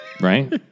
Right